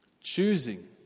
Choosing